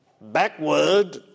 backward